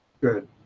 good